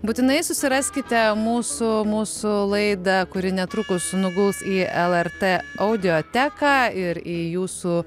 būtinai susiraskite mūsų mūsų laida kuri netrukus nuguls į lrt audioteką ir į jūsų